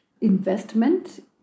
investment